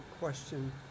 question